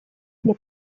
для